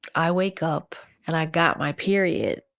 i wake up and i got my period.